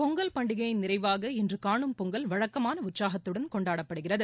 பொங்கல் பண்டிகையின் நிறைவாக இன்று கானும் பொங்கல் வழக்கமான உற்சாகத்துடன் கொண்டாடப்படுகிறது